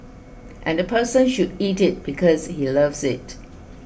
and the person should eat it because he loves it